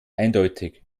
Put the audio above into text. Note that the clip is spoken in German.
eindeutig